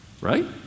Right